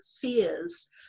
fears